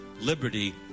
liberty